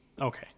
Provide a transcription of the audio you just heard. Okay